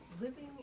Living